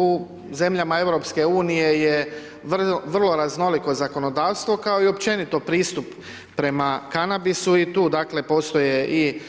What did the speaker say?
U zemljama EU je vrlo raznoliko zakonodavstvo kao i općenito pristup prema kanabisu i tu dakle postoje i